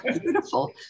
Beautiful